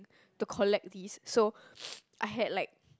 to collect these so I had like